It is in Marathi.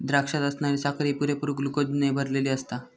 द्राक्षात असणारी साखर ही पुरेपूर ग्लुकोजने भरलली आसता